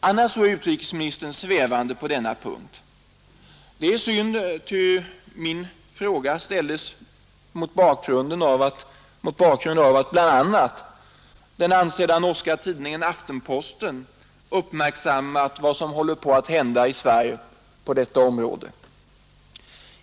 Annars är utrikesministern svävande på denna punkt. Det är synd, ty min fråga ställdes mot bakgrund av att bl.a. den ansedda norska tidningen Aftenposten uppmärksammat vad som håller på att hända i Sverige på detta område.